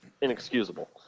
inexcusable